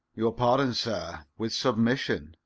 your pardon, sir. with submission,